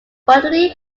bodily